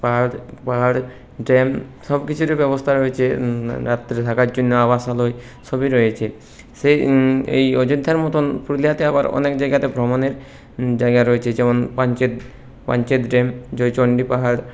পাহাড় পাহাড় ড্যাম সব কিছুরই ব্যবস্থা রয়েছে রাত্রে থাকার জন্য আবাসালয় সবই রয়েছে সেই এই অযোধ্যার মতন পুরুলিয়াতে আবার অনেক জায়গাতে ভ্রমণের জায়গা রয়েছে যেমন পাঞ্চেত পাঞ্চেত ড্যাম জয়চণ্ডী পাহাড়